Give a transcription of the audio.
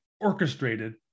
orchestrated